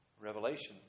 Revelation